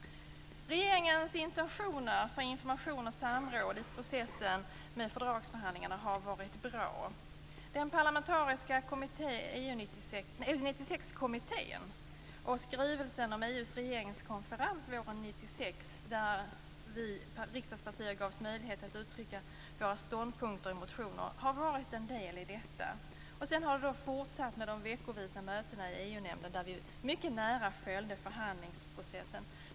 Regeringens intentioner för information och samråd i processen med fördragsförhandlingarna har varit bra. EU 96-kommittén och skrivelsen om EU:s regeringskonferens våren 1996, där riksdagspartierna gavs möjligheter att uttrycka sina ståndpunkter i motioner, har varit en del i detta. Sedan har det fortsatt med de veckovisa mötena i EU nämnden där vi mycket nära följde förhandlingsprocessen.